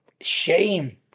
shame